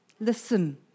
listen